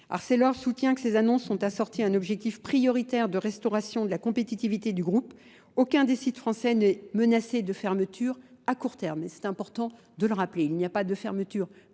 Arcelor soutient que ces annonces sont assorties à un objectif prioritaire de restauration de la compétitivité du groupe. Aucun des sites français n'est menacé de fermeture à court terme. C'est important de le rappeler. Il n'y a pas de fermeture